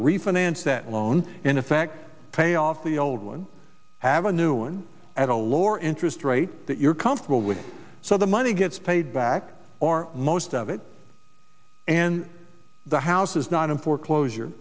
refinance that loan in effect pay off the old one avenue and at a lower interest rate that you're comfortable with so the money gets paid back or most of it and the house is not in foreclosure